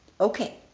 okay